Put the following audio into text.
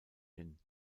hin